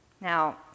Now